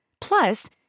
Plus